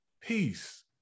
peace